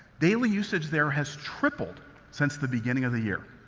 daily usage there has tripled since the beginning of the year.